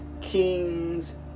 kings